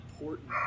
important